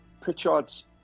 Pritchard's